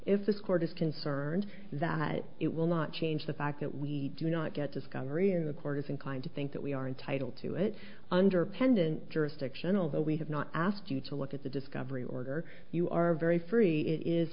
if this court is concerned that it will not change the fact that we do not get discovery in the court is inclined to think that we are entitled to it under pendent jurisdictional that we have not asked you to look at the discovery order you are very free i